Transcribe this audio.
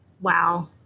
Wow